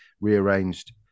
rearranged